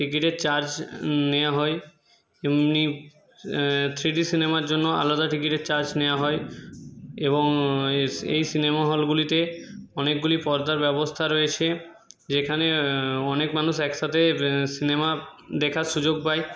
টিকিটের চার্জ নেওয়া হয় এমনি থ্রি ডি সিনেমার জন্য আলাদা টিকিটের চার্জ নেওয়া হয় এবং এই সিনেমা হলগুলিতে অনেকগুলি পর্দার ব্যবস্থা রয়েছে যেখানে অনেক মানুষ একসাথে সিনেমা দেখার সুযোগ পায়